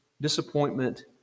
disappointment